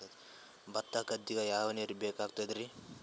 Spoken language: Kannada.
ಭತ್ತ ಗದ್ದಿಗ ಯಾವ ನೀರ್ ಬೇಕಾಗತದರೀ?